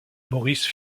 maurice